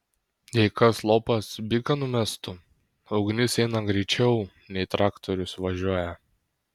jei kas lopas biką numestų ugnis eina greičiau nei traktorius važiuoja